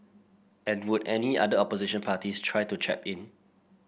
and would any other opposition parties try to chap in